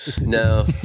No